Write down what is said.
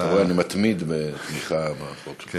אתה רואה, אני מתמיד בתמיכה בחוק שלך.